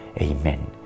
Amen